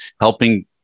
helping